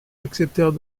acceptèrent